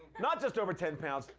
not just over ten pounds.